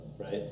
right